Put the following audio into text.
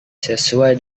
sesuai